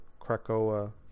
Krakoa